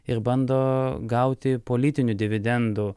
ir bando gauti politinių dividendų